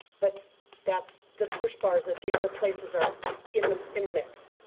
but that's, the push bars at the other places are in the in the mix.